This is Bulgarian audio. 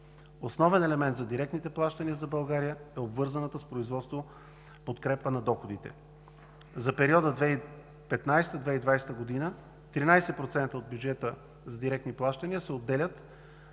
Основен елемент за директните плащания за България е обвързаната с производство подкрепа на доходите. За периода 2015 – 2020 г. от бюджета за директни плащания се отделят